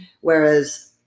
Whereas